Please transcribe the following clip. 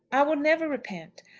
i will never repent.